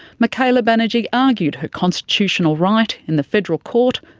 michaela banerji argued her constitutional right in the federal court,